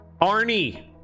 Arnie